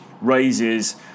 raises